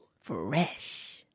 Fresh